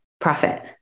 profit